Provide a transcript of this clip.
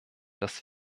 dass